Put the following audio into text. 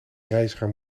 reiziger